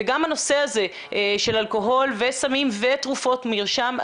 וגם הנושא הזה של אלכוהול וסמים ותרופות מרשם.